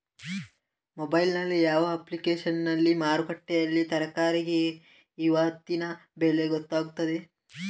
Mobile ನಲ್ಲಿ ಯಾವ ಅಪ್ಲಿಕೇಶನ್ನಲ್ಲಿ ಮಾರುಕಟ್ಟೆಯಲ್ಲಿ ತರಕಾರಿಗೆ ಇವತ್ತಿನ ಬೆಲೆ ಗೊತ್ತಾಗುತ್ತದೆ?